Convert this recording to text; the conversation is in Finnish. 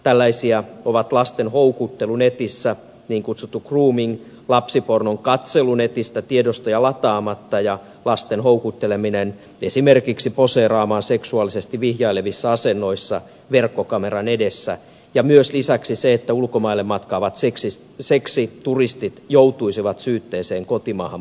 tällaisia ovat lasten houkuttelu netissä niin kutsuttu grooming lapsipornon katselu netistä tiedostoja lataamatta ja lasten houkutteleminen esimerkiksi poseeraamaan seksuaalisesti vihjailevissa asennoissa verkkokameran edessä ja lisäksi myös se että ulkomaille matkaavat seksituristit joutuisivat syytteeseen kotimaahan palattuaan